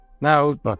now